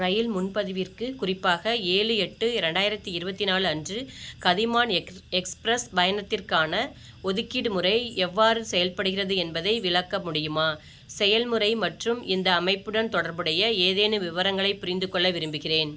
இரயில் முன்பதிவிற்கு குறிப்பாக ஏழு எட்டு ரெண்டாயிரத்தி இருபத்தி நாலு அன்று கதிமான் எக்ஸ் எக்ஸ்பிரஸ் பயணத்திற்கான ஒதுக்கீடு முறை எவ்வாறு செயல்படுகிறது என்பதை விளக்க முடியுமா செயல்முறை மற்றும் இந்த அமைப்புடன் தொடர்புடைய ஏதேனும் விவரங்களைப் புரிந்து கொள்ள விரும்புகிறேன்